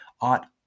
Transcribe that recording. ought